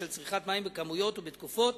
בשל צריכת מים בכמויות ובתקופות